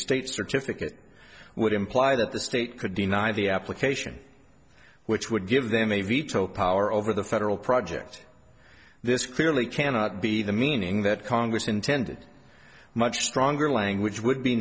state certificate would imply that the state could deny the application which would give them a veto power over the federal project this clearly cannot be the meaning that congress intended much stronger language would be